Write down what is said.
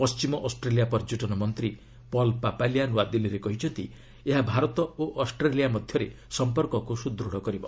ପଣ୍ଟିମ ଅଷ୍ଟ୍ରେଲିଆ ପର୍ଯ୍ୟଟନ ମନ୍ତ୍ରୀ ପଲ୍ ପାପାଲିଆ ନ୍ନଆଦିଲ୍ଲୀରେ କହିଛନ୍ତି ଏହା ଭାରତ ଓ ଅଷ୍ଟ୍ରଲିଆ ମଧ୍ୟରେ ସମ୍ପର୍କକୁ ସୁଦୃତ୍ କରିବ